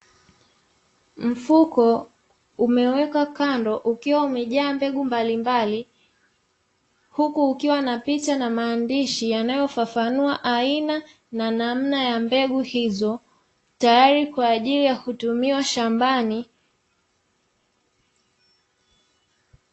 Mfuko umewekwa kando ukiwa umejaa mbegu mbalimbali, huku ukiwa na picha na maandishi yanayofafanua aina na namna ya mbegu hizo, tayari kwa ajili ya kutumiwa shambani.